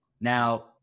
Now